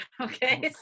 okay